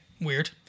weird